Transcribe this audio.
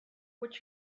what